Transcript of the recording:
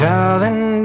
Darling